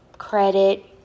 credit